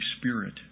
Spirit